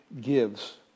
gives